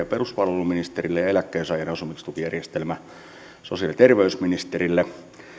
ja peruspalveluministerille ja eläkkeensaajien asumistukijärjestelmä sosiaali ja terveysministerille